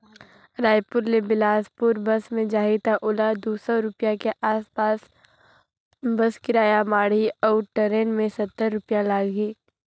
रायपुर ले बेलासपुर बस मे जाही त ओला दू सौ रूपिया के आस पास बस किराया माढ़ही अऊ टरेन मे सत्तर रूपिया लागही